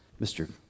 Mr